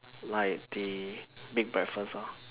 like the Big breakfast lor